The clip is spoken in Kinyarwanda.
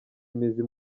imizi